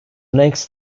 next